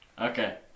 Okay